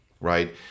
right